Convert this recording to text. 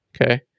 okay